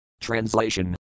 Translation